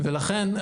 ולכן,